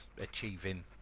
achieving